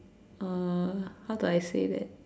uh how do I say that